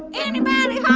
and anybody um